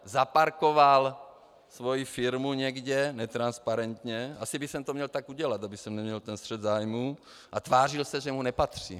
Zaparkoval svoji firmu někde netransparentně, asi bych to měl tak udělat, abych neměl střet zájmů, a tvářil se, že mu nepatří.